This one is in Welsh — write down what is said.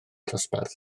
dosbarth